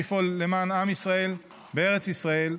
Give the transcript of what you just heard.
לפעול למען עם ישראל בארץ ישראל,